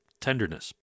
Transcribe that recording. tenderness